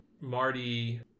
Marty